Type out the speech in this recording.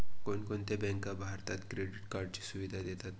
कोणकोणत्या बँका भारतात क्रेडिट कार्डची सुविधा देतात?